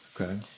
Okay